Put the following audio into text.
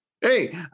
Hey